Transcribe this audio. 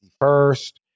first